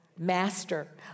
Master